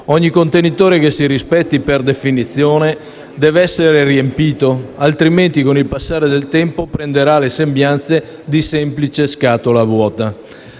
Ogni contenitore che si rispetti per definizione deve essere riempito, altrimenti con il passare del tempo prenderà le sembianze di semplice scatola vuota.